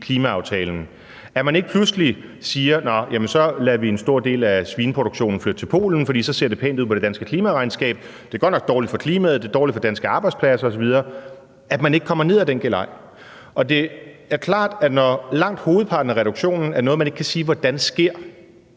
garantere, at man ikke pludselig siger, at så lader man en stor del af svineproduktionen flytte til Polen, for så ser det pænt ud på det danske klimaregnskab – selv om det godt nok er dårligt for klimaet, dårligt for danske arbejdspladser osv. – altså at man ikke går med på den galej? Det er klart, at når langt hovedparten af reduktionen er noget, man ikke kan sige hvordan sker,